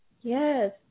Yes